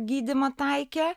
gydymą taikė